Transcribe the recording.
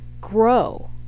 grow